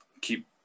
keep